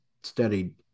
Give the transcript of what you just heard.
studied